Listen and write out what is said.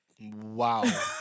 Wow